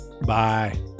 Bye